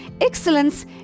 Excellence